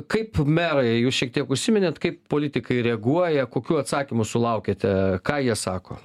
kaip merai jūs šiek tiek užsiminėt kaip politikai reaguoja kokių atsakymų sulaukėte ką jie sako